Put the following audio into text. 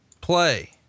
play